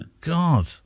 god